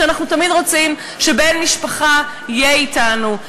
אנחנו רוצים שבן משפחה יהיה אתנו,